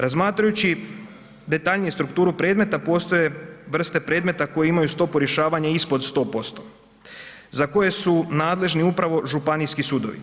Razmatrajući detaljnije strukturu predmeta postoje vrste predmeta koje imaju stopu rješavanja ispod 100% za koje su nadležni upravo županijski sudovi.